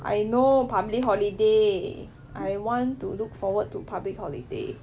I know public holiday I want to look forward to public holiday